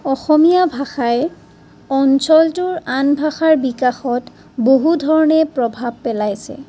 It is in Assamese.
অসমীয়া ভাষাই অঞ্চলটোৰ আন ভাষাৰ বিকাশত বহু ধৰণে প্ৰভাৱ পেলাইছে